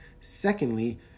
Secondly